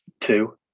Two